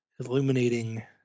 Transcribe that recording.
illuminating